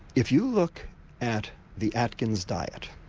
if you look at the atkins diet,